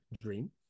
dream